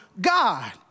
God